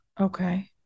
Okay